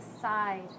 side